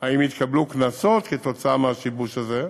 אם התקבלו קנסות כתוצאה מהשיבוש הזה.